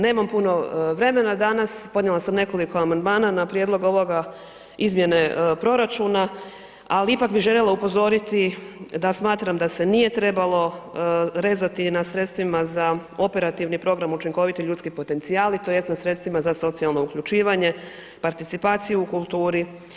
Nemam puno vremena danas, podnijela sam nekoliko amandmana na prijedlog ovoga izmjene proračuna, ali ipak bi željela upozoriti da smatram da se nije trebalo rezati na sredstvima za Operativni program učinkoviti ljudski potencijali tj. na sredstvima za socijalno uključivanje, participaciju u kulturu.